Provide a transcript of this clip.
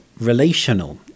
relational